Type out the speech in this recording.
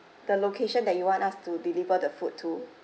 the location that you want us to deliver the food too